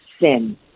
sin